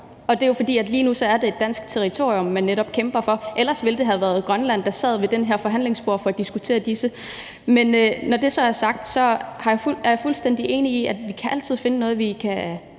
Og det er jo, fordi det lige nu er et dansk territorium, man netop kæmper for. Ellers ville det have været Grønland, der sad ved det her forhandlingsbord for at diskutere disse ting. Men når det så er sagt, er jeg fuldstændig enig i, at vi altid kan finde noget, vi kan